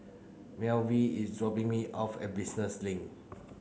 Melville is dropping me off at Business Link